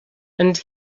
and